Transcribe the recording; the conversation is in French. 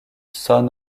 son